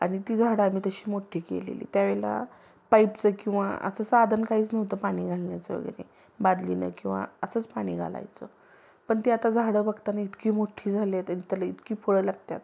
आणि ती झाडं आम्ही तशी मोठ्ठी केलेली त्या वेळेला पाइपचं किंवा असं साधन काहीच नव्हतं पाणी घालण्याचं वगैरे बादलीनं किंवा असंच पाणी घालायचो पण ती आता झाडं बघतानी इतकी मोठ्ठी झाली आहेत तर त्याला इतकी फळं लागतात